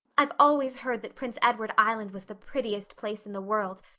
i've always heard that prince edward island was the prettiest place in the world,